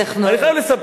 הוא התכוון.